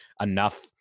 enough